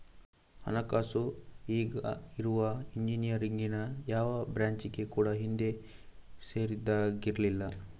ಹಣಕಾಸು ಈಗ ಇರುವ ಇಂಜಿನಿಯರಿಂಗಿನ ಯಾವ ಬ್ರಾಂಚಿಗೆ ಕೂಡಾ ಹಿಂದೆ ಸೇರಿದ್ದಾಗಿರ್ಲಿಲ್ಲ